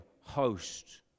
host